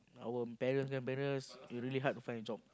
our parents grandparents were really hard to find a job